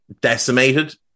decimated